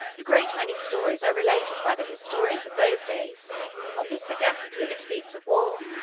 a great many stories are related by the historians of those days of his sagacity and his feats of war.